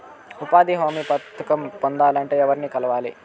ఉపాధి హామీ పథకం పొందాలంటే ఎవర్ని కలవాలి?